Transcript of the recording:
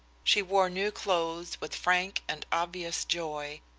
she wore new clothes with frank and obvious joy.